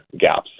gaps